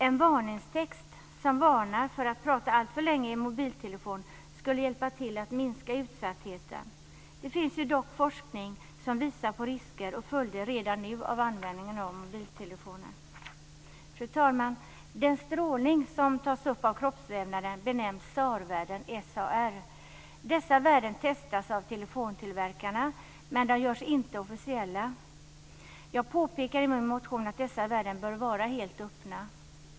En varningstext som varnar för att prata alltför länge i mobiltelefon skulle hjälpa till att minska utsattheten. Det finns dock forskning som visar på risker och följder redan nu av användningen av mobiltelefoner. Fru talman! Den strålning som tas upp av kroppsvävnaden benämns SAR-värden. Dessa värden testas av telefontillverkarna, men de görs inte officiella. Jag påpekar i min motion att dessa värden bör vara helt öppna.